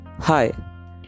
hi